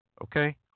Okay